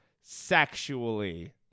sexually